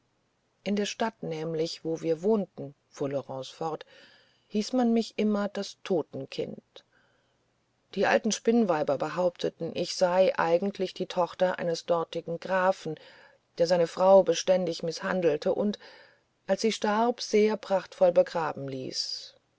in der stadt nämlich wo wir wohnten fuhr laurence fort hieß man mich immer das totenkind die alten spinnweiber behaupteten ich sei eigentlich die tochter eines dortigen grafen der seine frau beständig mißhandelte und als sie starb sehr prachtvoll begraben ließ